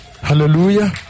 Hallelujah